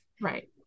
Right